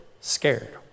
scared